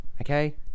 okay